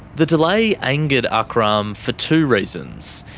the delay angered akram for two reasons.